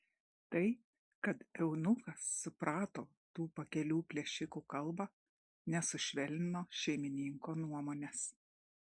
tai kad eunuchas suprato tų pakelių plėšikų kalbą nesušvelnino šeimininko nuomonės